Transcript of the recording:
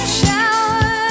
shower